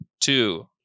Two